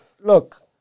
look